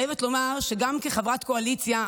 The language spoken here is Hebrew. אני חייבת לומר שגם כחברת קואליציה,